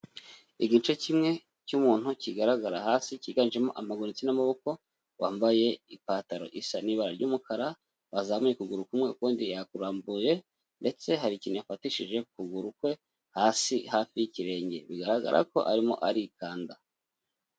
Igice kimwe cy'umuntu kigaragara hasi, cyiganjemo amaguru ndetse n'amaboko, wambaye ipantaro isa n'ibara ry'umukara wazamuye ukuguru kumwe kundi yakurambuye ndetse hari ikintu yaafatishije ukuguru kwe hasi hafi y'ikirenge bigaragara ko arimo arikanda.